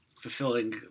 fulfilling